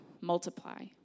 multiply